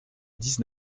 dix